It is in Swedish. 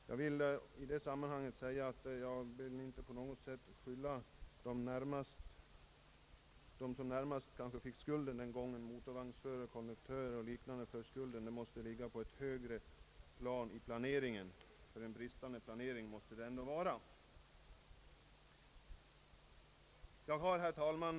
Jag vill i detta sammanhang säga att jag inte på något sätt vill skylla det inträffade på den som närmast fick skulden — en motorvagnsförare och en konduktör — utan ansvaret måste ligga på ett högre plan, när det gäller planeringen, eftersom det här måste vara fråga om en bristande planering, från något befäls sida. Herr talman!